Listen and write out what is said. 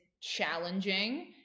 challenging